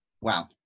Wow